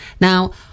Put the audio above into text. now